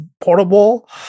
portable